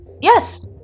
Yes